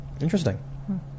interesting